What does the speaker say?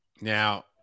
Now